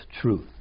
truth